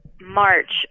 March